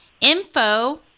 Info